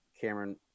Cameron